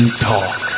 Talk